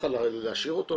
יכל להשאיר אותו,